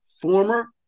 former